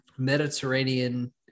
Mediterranean